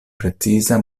preciza